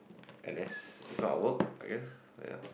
unless is not work I guess ya